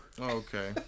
Okay